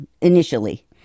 initially